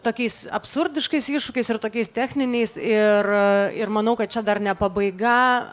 tokiais absurdiškais iššūkiais ir tokiais techniniais ir ir manau kad čia dar ne pabaiga